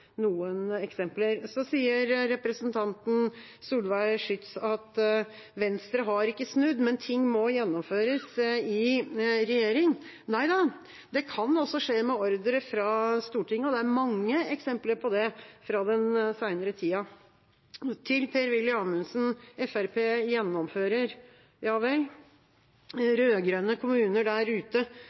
eksempler. Så sier representanten Solveig Schytz at Venstre ikke har snudd, men at ting må gjennomføres i regjering. Nei, det kan også skje med ordre fra Stortinget, det er mange eksempler på det fra den senere tid. Til Per-Willy Amundsen, om at Fremskrittspartiet gjennomfører: Ja, vel. Rød-grønne kommuner der ute